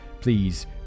please